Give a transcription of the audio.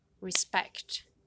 respect